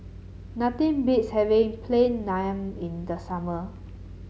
nothing beats having Plain Naan in the summer